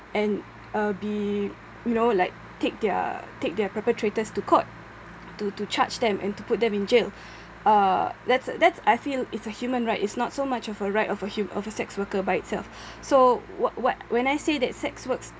and uh be you know like take their take their perpetrators to court to to charge them and to put them in jail uh that's that's I feel is a human right it's not so much of a right of a hu~ of a sex worker by itself so what what when I say that sex works